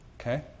Okay